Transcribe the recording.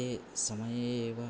ते समये एव